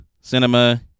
Cinema